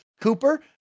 Cooper